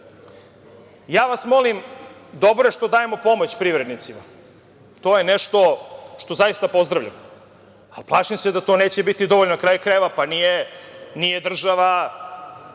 vas, dobro je što dajemo pomoć privrednicima, to je nešto što zaista pozdravljam, ali plašim se da to neće biti dovoljno. Na kraju krajeva, pa nije država